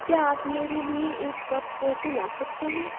क्या आप मेरे लिये एक कप कॉफी ला सकते हैं